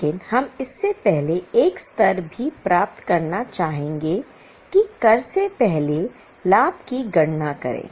लेकिन हम इससे पहले एक स्तर भी प्राप्त करना चाहेंगे कि कर से पहले लाभ की गणना करें